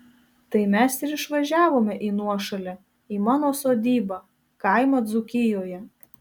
tai mes ir išvažiavome į nuošalę į mano sodybą kaimą dzūkijoje